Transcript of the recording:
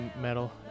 metal